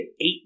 eight